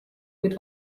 kuid